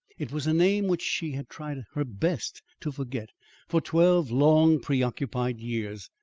it was a name which she had tried her best to forget for twelve long, preoccupied years.